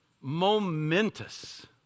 momentous